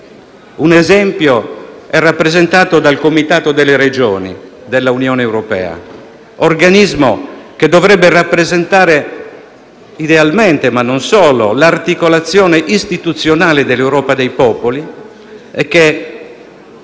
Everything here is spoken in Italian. Un esempio è rappresentato dal Comitato europeo delle regioni, organismo che dovrebbe rappresentare idealmente, ma non solo, l'articolazione istituzionale dell'Europa dei popoli ma che